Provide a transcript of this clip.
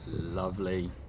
Lovely